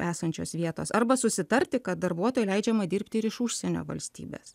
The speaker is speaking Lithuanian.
esančios vietos arba susitarti kad darbuotojui leidžiama dirbti ir iš užsienio valstybės